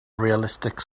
realistic